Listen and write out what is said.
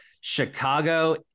Chicago